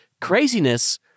craziness